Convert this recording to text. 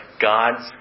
God's